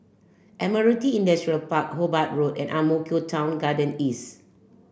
Admiralty Industrial Park Hobart Road and Ang Mo Kio Town Garden East